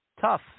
Tough